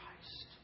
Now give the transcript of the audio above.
Christ